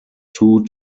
two